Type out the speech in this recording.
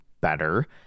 better